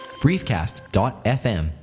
briefcast.fm